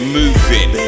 moving